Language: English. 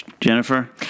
Jennifer